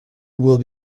will